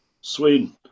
Sweden